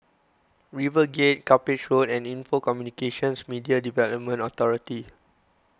RiverGate Cuppage Road and Info Communications Media Development Authority